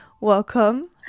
welcome